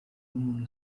n’umuntu